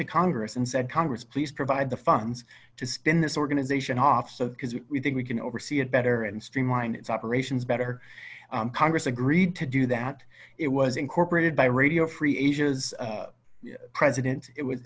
to congress and said congress please provide the funds to spin this organization off so because we think we can oversee it better and streamline its operations better congress agreed to do that it was incorporated by radio free asia as president